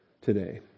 today